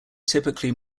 typically